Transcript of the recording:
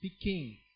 speaking